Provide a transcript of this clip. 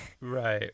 Right